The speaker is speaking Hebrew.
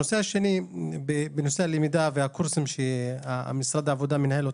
הנושא השני, הקורסים שמשרד העבודה מנהל.